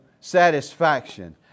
satisfaction